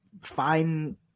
fine